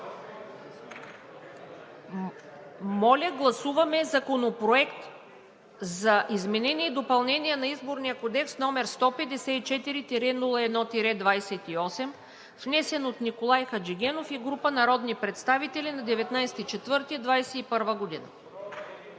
Моля, гласуваме Законопроект за изменение и допълнение на Изборния кодекс, № 154-01-28, внесен от Николай Хаджигенов и група народни представители на 19 април